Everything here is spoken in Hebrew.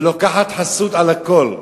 ולוקחת חסות על הכול,